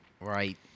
Right